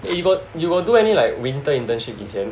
eh you got you got do any like winter internship this year